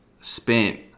spent